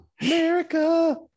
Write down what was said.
america